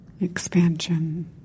expansion